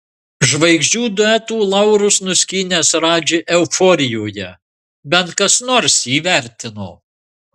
žvaigždžių duetų laurus nuskynęs radži euforijoje bent kas nors įvertino